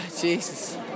Jesus